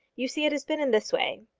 you see it has been in this way.